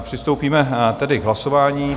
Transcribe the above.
Přistoupíme tedy k hlasování.